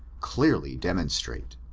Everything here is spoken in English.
clearly demon strate.